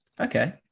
Okay